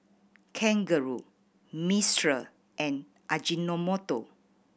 Kangaroo Mistral and Ajinomoto